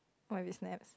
what if we snaps